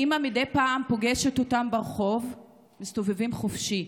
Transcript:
האימא מדי פעם פוגשת אותם ברחוב כשהם מסתובבים חופשי.